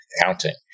accounting